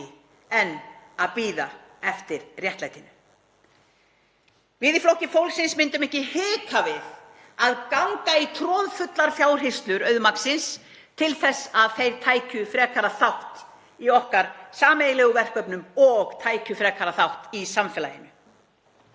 enn að bíða eftir réttlætinu. Við í Flokki fólksins myndum ekki hika við að ganga í troðfullar fjárhirslur auðmagnsins til þess að þeir tækju frekari þátt í okkar sameiginlegu verkefnum og tækju frekari þátt í samfélaginu.